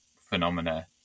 phenomena